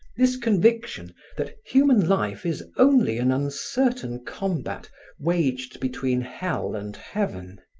this conviction that human life is only an uncertain combat waged between hell and heaven,